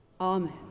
Amen